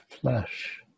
flesh